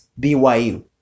byu